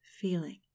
feeling